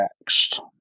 next